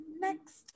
next